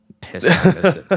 pissed